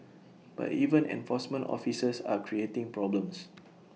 but even enforcement officers are creating problems